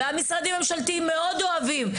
והמשרדים הממשלתיים מאוד אוהבים,